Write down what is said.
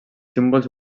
símbols